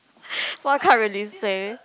!wah! can't really say